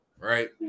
right